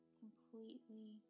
completely